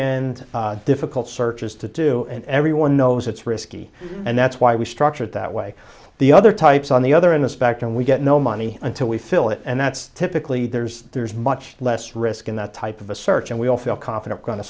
in difficult searches to do and everyone knows it's risky and that's why we structured that way the other types on the other in the spectrum we get no money until we fill it and that's typically there's there's much less risk in that type of a search and we all feel confident going to